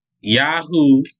Yahoo